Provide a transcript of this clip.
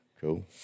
Cool